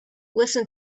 listen